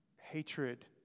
hatred